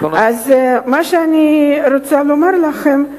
מה שאני רוצה לומר לכם הוא